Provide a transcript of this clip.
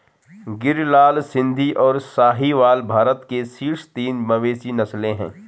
गिर, लाल सिंधी, और साहीवाल भारत की शीर्ष तीन मवेशी नस्लें हैं